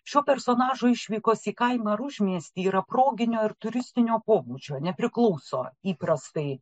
šio personažo išvykos į kaimą ar užmiestyje yra proginio ar turistinio pobūdžio nepriklauso įprastai